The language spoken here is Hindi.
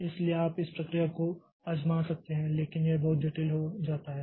इसलिएआप इस प्रक्रिया को आजमा सकते हैं लेकिन यह बहुत जटिल हो जाता है